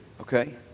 okay